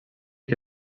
que